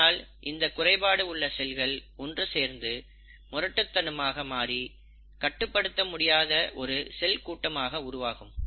இதனால் இந்தக் குறைபாடு உள்ள செல்கள் ஒன்று சேர்ந்து முரட்டுத்தனமாக மாறி கட்டுப்படுத்த முடியாத ஒருசெல் கூட்டமாக உருவாகும்